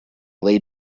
lay